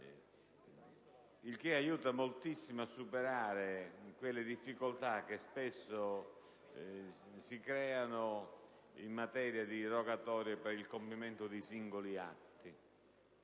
che aiuta moltissimo a superare le difficoltà che spesso si creano in materia di rogatorie per il compimento di singoli atti.